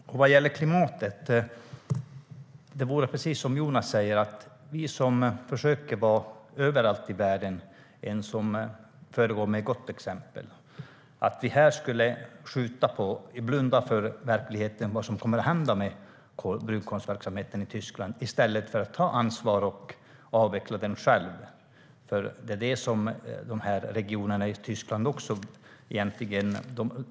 Vad gäller klimatet försöker vi överallt i världen föregå med gott exempel, precis som Jonas säger. Ska vi här blunda för verkligheten och för vad som kommer att hända med brunkolsverksamheten i Tyskland i stället för att, som regionerna i Tyskland egentligen önskar, behålla den, ta ansvar och avveckla den själv?